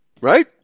Right